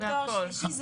בתואר שלישי.